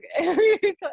okay